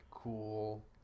cool